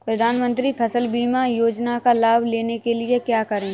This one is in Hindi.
प्रधानमंत्री फसल बीमा योजना का लाभ लेने के लिए क्या करें?